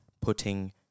putting